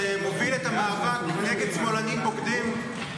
שמוביל את המאבק נגד "שמאלנים בוגדים"?